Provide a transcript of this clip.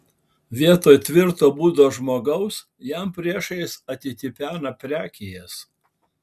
vietoj tvirto būdo žmogaus jam priešais atitipena prekijas